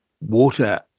water